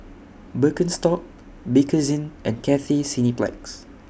Birkenstock Bakerzin and Cathay Cineplex